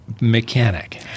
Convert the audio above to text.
mechanic